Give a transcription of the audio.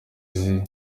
izi